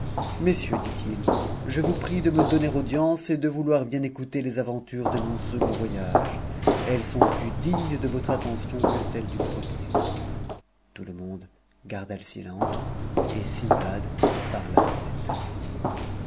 messieurs dit-il je vous prie de me donner audience et de vouloir bien écouter les aventures de mon second voyage elles sont plus dignes de votre attention que celles du premier tout le monde garda le silence et sindbad parla en ces termes